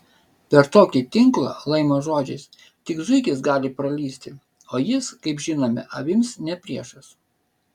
per tokį tinklą laimo žodžiais tik zuikis gali pralįsti o jis kaip žinome avims ne priešas